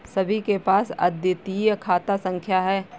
सभी के पास अद्वितीय खाता संख्या हैं